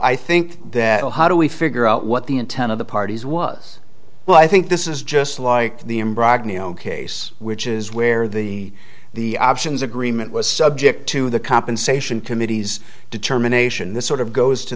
i think that how do we figure out what the intent of the parties was well i think this is just like the in case which is where the the options agreement was subject to the compensation committees determination this sort of goes to